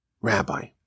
rabbi